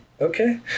Okay